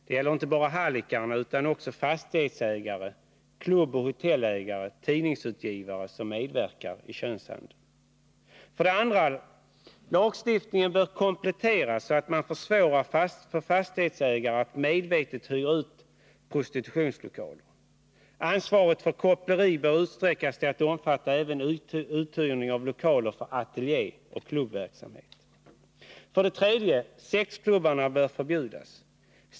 Det gäller inte bara hallickar utan också fastighetsägare, klubboch hotellägare och tidningsutgivare som medverkar i könshandeln. 2. Lagstiftningen bör kompletteras, så att man försvårar för fastighetsägare att medvetet hyra ut prostitutionslokaler. Ansvaret för koppleri bör utsträckas till att omfatta även uthyrning av lokaler för ateljé och klubbverksamhet. 3. Sexklubbarna bör förbjudas.